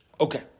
Okay